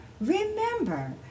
remember